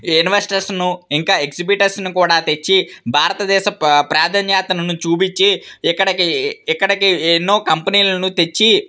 ఇన్వెస్టర్స్ను ఇంకా ఎగ్జిబిటర్స్ను కూడా తెచ్చి భారత దేశ ప్రాధాన్యతను చూపించి ఇక్కడికి ఇక్కడికి ఎన్నో కంపెనీలను తెచ్చి